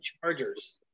Chargers